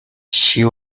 she